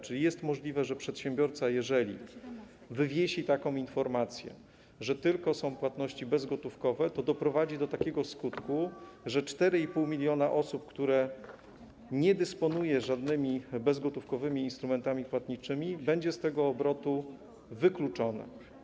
Czy jest możliwe, że przedsiębiorca, jeżeli wywiesi taką informację, że są tylko płatności bezgotówkowe, doprowadzi do takiego skutku, że 4,5 mln osób, które nie dysponuje żadnymi bezgotówkowymi instrumentami płatniczymi, będzie z tego obrotu wykluczone?